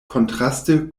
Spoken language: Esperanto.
kontraste